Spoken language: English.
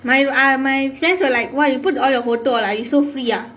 my ah my friends were like !wah! you put all your photo ah you're so free ah